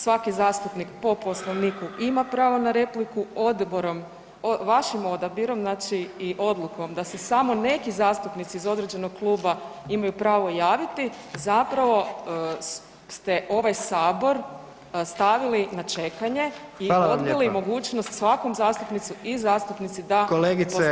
Svaki zastupnik po Poslovniku ima pravo na repliku, odborom, vašim odabirom znači i odlukom da se samo neki zastupnici iz određenog kluba imaju pravo javiti zapravo ste ovaj sabor stavili na čekanje i odbili [[Upadica: Hvala vam lijepa.]] mogućnost svakom zastupniku i zastupnici da postavi jedno